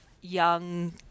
young